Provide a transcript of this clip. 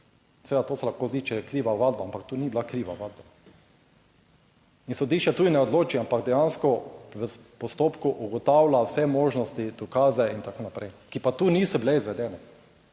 Seveda, to se lahko zdi, če je kriva ovadba, ampak to ni bila kriva ovadba. In sodišče tudi ne odloči, ampak dejansko v postopku ugotavlja vse možnosti, dokaze in tako naprej, ki pa tu niso bile izvedene,